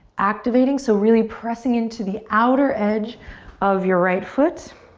activating so really pressing into the outer edge of your right foot.